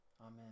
Amen